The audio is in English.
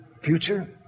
future